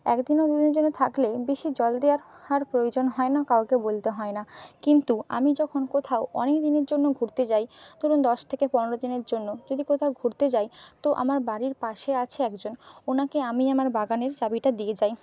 এক দিন বা দু দিনের জন্য থাকলে বেশি জল দেওয়ার আর প্রয়োজন হয় না কাউকে বলতে হয় না কিন্তু আমি যখন কোথাও অনেকদিনের জন্য ঘুরতে যাই ধরুন দশ থেকে পনেরো দিনের জন্য যদি কোথাও ঘুরতে যাই তো আমার বাড়ির পাশে আছে একজন ওনাকে আমি আমার বাগানের চাবিটা দিয়ে যাই